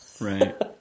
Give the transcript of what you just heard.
Right